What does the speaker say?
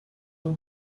but